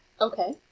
Okay